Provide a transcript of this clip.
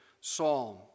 psalm